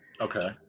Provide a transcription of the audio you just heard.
Okay